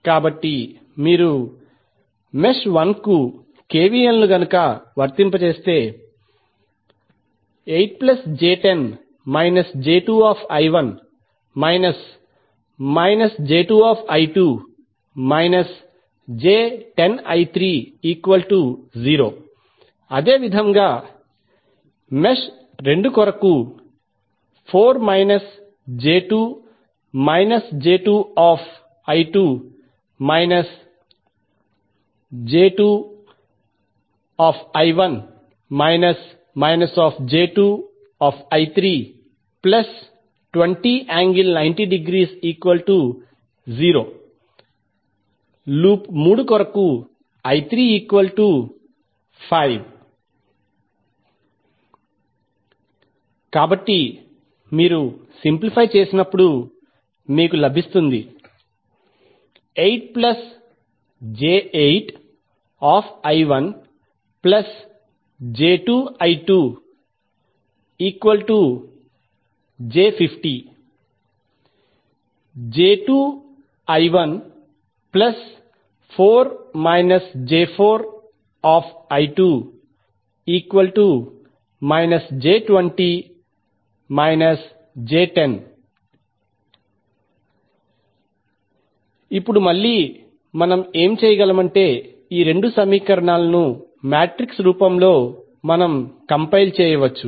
కాబట్టి మీరు మెష్ 1 కు కెవిఎల్ను వర్తింపజేస్తే అదే విధముగా మెష్ 2 కొరకు లూప్ 3 కొరకు కాబట్టి మీరు సింప్లిఫై చేసినప్పుడు మీకు లభిస్తుంది ఇప్పుడు మళ్ళీ మనం ఏమి చేయగలమంటే ఈ 2 సమీకరణాలను మాట్రిక్స్ రూపంలో కంపైల్ చేయవచ్చు